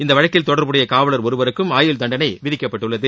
இவ்வழக்கில் தொடர்புடைய காவலர் ஒருவருக்கும் ஆயுள் தண்டனை விதிக்கப்பட்டுள்ளது